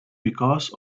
because